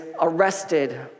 arrested